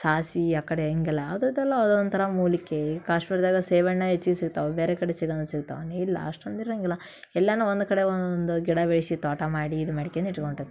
ಸಾಸ್ವೆ ಆ ಕಡೆ ಹಿಂಗೆಲ್ಲ ಅದರದೆಲ್ಲ ಒಂಥರ ಮೂಲಿಕೆ ಕಾಶ್ಮೀರದಾಗ ಸೇಬಣ್ಣು ಹೆಚ್ಚಿಗ್ ಸಿಗ್ತಾವೆ ಬೇರೆ ಕಡೆ ಸಿಗನು ಸಿಗ್ತಾವೆ ನಿಲ್ಲ ಅಷ್ಟೊಂದಿರೋಂಗಿಲ್ಲ ಎಲ್ಲವೂ ಒಂದು ಕಡೆ ಒಂದೊಂದು ಗಿಡ ಬೆಳೆಸಿ ತೋಟ ಮಾಡಿ ಇದು ಮಾಡಿಕ್ಯಂಡ್ ಇಟ್ಕೊಂಡಿರ್ತಾರೆ